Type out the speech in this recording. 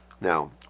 now